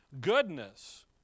Goodness